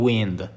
Wind